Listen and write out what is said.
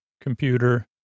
computer